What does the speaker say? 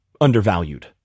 undervalued